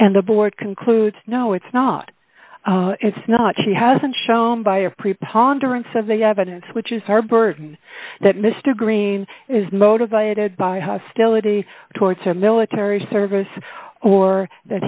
and the board concludes no it's not it's not she hasn't shown by a preponderance of the evidence which is her burden that mr green is motivated by hostility towards her military service or that